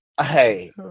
Hey